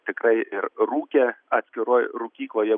tikrai ir rūkė atskiroj rūkykloje